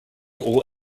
all